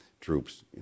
troops